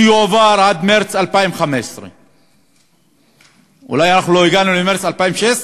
שיועברו עד מרס 2015. אולי אנחנו לא הגענו למרס 2016,